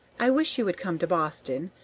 i wish you would come to boston.